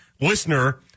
listener